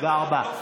תודה רבה.